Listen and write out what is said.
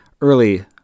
early